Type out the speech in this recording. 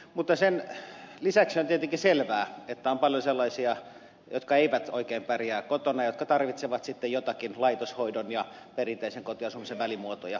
mutta sen lisäksi on tietenkin selvää että on paljon sellaisia jotka eivät oikein pärjää kotona ja jotka tarvitsevat sitten joitakin laitoshoidon ja perinteisen kotiasumisen välimuotoja